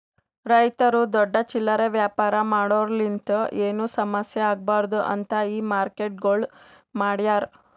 ರೈತುರು ದೊಡ್ಡ ಚಿಲ್ಲರೆ ವ್ಯಾಪಾರ ಮಾಡೋರಲಿಂತ್ ಏನು ಸಮಸ್ಯ ಆಗ್ಬಾರ್ದು ಅಂತ್ ಈ ಮಾರ್ಕೆಟ್ಗೊಳ್ ಮಾಡ್ಯಾರ್